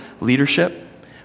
leadership